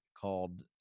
called